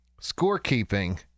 scorekeeping